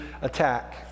attack